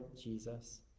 Jesus